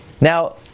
Now